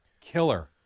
killer